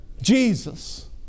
Jesus